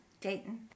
Dayton